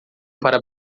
para